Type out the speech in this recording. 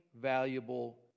valuable